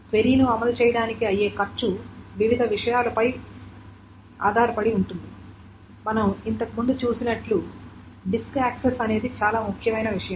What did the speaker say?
క్వెరీను అమలు చేయడానికి అయ్యే ఖర్చు వివిధ విషయాల ద్వారా ప్రభావితమవుతుంది మనం ఇంతకుముందు చూసినట్లు డిస్క్ యాక్సెస్ అనేది చాలా ముఖ్యమైన విషయం